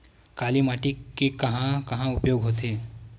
काली माटी के कहां कहा उपयोग होथे?